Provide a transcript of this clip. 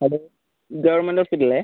hello government hospital അല്ലേ